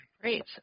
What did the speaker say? Great